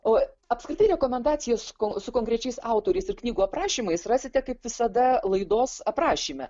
o apskritai rekomendacijas su konkrečiais autoriais ir knygų aprašymais rasite kaip visada laidos aprašyme